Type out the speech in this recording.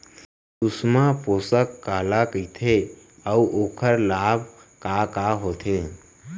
सुषमा पोसक काला कइथे अऊ ओखर लाभ का का होथे?